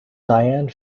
diane